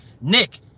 Nick